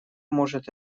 может